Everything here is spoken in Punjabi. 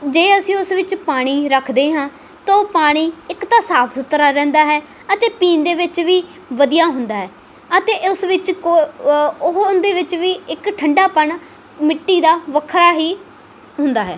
ਜੇ ਅਸੀਂ ਉਸ ਵਿੱਚ ਪਾਣੀ ਰੱਖਦੇ ਹਾਂ ਤਾਂ ਉਹ ਪਾਣੀ ਇੱਕ ਤਾਂ ਸਾਫ ਸੁਥਰਾ ਰਹਿੰਦਾ ਹੈ ਅਤੇ ਪੀਣ ਦੇ ਵਿੱਚ ਵੀ ਵਧੀਆ ਹੁੰਦਾ ਹੈ ਅਤੇ ਉਸ ਵਿੱਚ ਕੋ ਓ ਉਹ ਉਹਦੇ ਵਿੱਚ ਵੀ ਇੱਕ ਠੰਡਾਪਣ ਮਿੱਟੀ ਦਾ ਵੱਖਰਾ ਹੀ ਹੁੰਦਾ ਹੈ